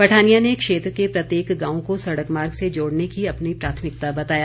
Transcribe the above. पठानिया ने क्षेत्र के प्रत्येक गांव को सड़क मार्ग से जोड़ने को अपनी प्राथमिकता बताया